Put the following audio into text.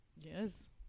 Yes